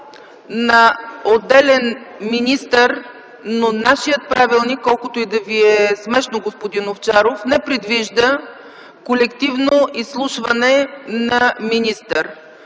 на отделен министър, но нашият правилник, колкото да Ви е смешно, господин Овчаров, не предвижда колективно изслушване на министри.